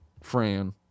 Fran